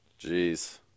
Jeez